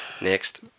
Next